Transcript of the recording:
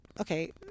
okay